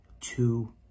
two